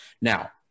Now